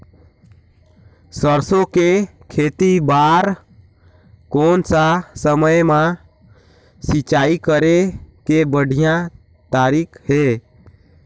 सरसो के खेती बार कोन सा समय मां सिंचाई करे के बढ़िया तारीक हे?